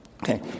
Okay